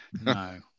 No